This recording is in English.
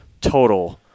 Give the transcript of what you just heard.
total